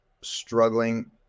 struggling